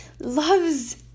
loves